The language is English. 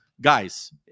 guys